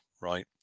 right